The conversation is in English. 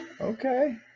Okay